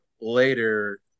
later